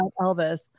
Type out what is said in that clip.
Elvis